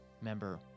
member